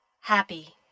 Happy